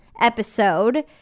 episode